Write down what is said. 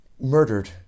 murdered